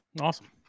Awesome